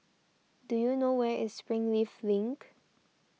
do you know where is Springleaf Link